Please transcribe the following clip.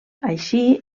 així